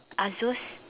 Asus